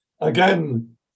Again